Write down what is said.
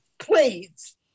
please